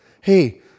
Hey